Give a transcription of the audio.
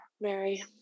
mary